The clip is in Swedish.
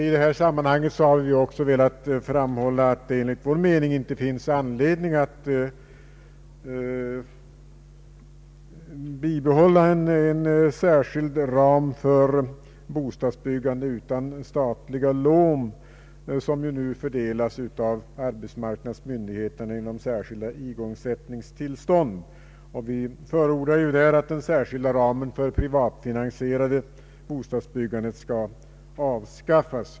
I detta sammanhang har vi också velat framhålla att det enligt vår mening inte finns någon anledning att bibehålla en särskild ram för bostadsbyggande utan statliga lån, som ju nu fördelas av arbetsmarknadsmyndigheterna genom särskilda igångsättningstillstånd. Vi förordar att den särskilda ramen för det privatfinansierade bostadsbyggandet skall avskaffas.